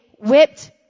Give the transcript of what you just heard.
whipped